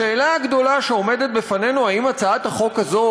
השאלה הגדולה שעומדת לפנינו היא האם הצעת החוק הזאת